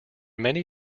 many